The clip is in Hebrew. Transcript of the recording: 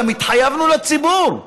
גם התחייבנו לציבור,